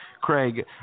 Craig